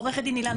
עו"ד הלה נויבך,